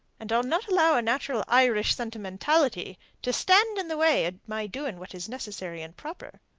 and i'll not allow a natural irish sentimentality to stand in the way of my doing what is necessary and proper.